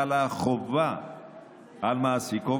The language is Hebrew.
חלה חובה על מעסיקו,